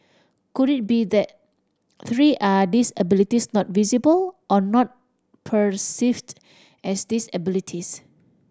could it be that three are disabilities not visible or not perceived as disabilities